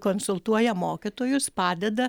konsultuoja mokytojus padeda